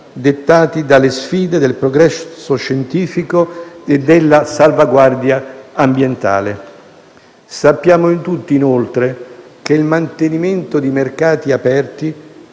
dettati dalle sfide del progresso scientifico e della salvaguardia ambientale. Sappiamo tutti, inoltre, che il mantenimento di mercati aperti